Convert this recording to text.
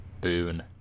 boon